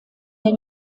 der